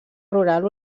rural